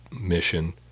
mission